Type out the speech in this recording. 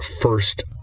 first